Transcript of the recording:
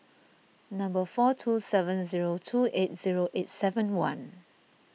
four two seven zero two eight zero eight seven one